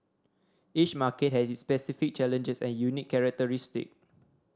each market has its specific challenges and unique characteristic